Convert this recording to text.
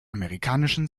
amerikanische